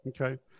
Okay